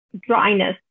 dryness